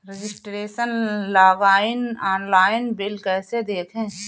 Registration login online bill कैसे देखें?